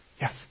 Yes